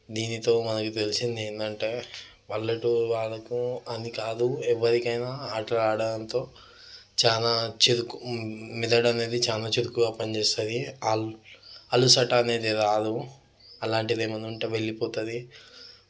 దినితో మనకి తెలిసింది ఏంటంటే పల్లెటూరి వాళ్ళకు అని కాదు ఎవరికైనా ఆటలు అడడంతో చాలా చురుకు మెదడు అనేది చాలా చురుకుగా పని చేస్తుంది వాళ్ళు అలుసట అనేది రాదు అలాంటిది ఏమైనా ఉంటే వెళ్ళిపోతుంది